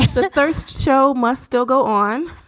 but the first show must still go on.